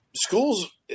schools